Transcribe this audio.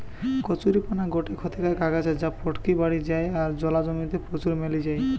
কচুরীপানা গটে ক্ষতিকারক আগাছা যা পটকি বাড়ি যায় আর জলা জমি তে প্রচুর মেলি যায়